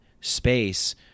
space